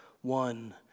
one